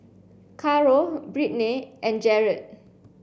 Caro Brittnay and Jarred